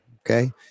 Okay